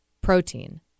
protein